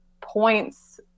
points